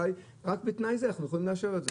רק בתנאי הזה אנחנו יכולים לאשר את זה.